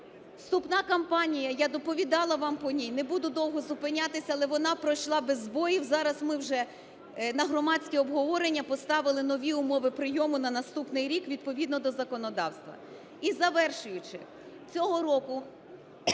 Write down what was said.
Вступна кампанія, я доповідала вам по ній, не буду довго зупинятися, але вона пройшла без збоїв. Зараз ми вже на громадські обговорення поставили нові умови прийому на наступний рік відповідно до законодавства. І, завершуючи. Цього року